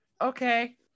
okay